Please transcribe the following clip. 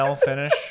Finish